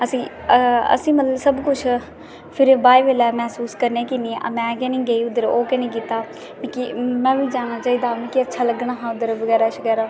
असें ई असें ई मतलब सबकुछ मतलब बाद च महसूस करने की में निं गेई उद्धर में निं महसूस कीता उद्धर में बी जाना चाहिदा हा मिगी बी अच्छा लग्गना हा उद्धर